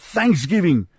Thanksgiving